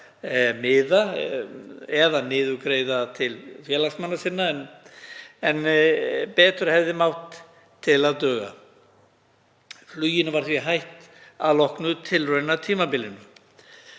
eða niðurgreiða til félagsmanna sinna. En betur hefði mátt til að duga og fluginu var því hætt að loknu tilraunatímabilinu.